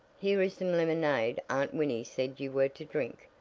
here is some lemonade aunt winnie said you were to drink.